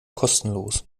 kostenlos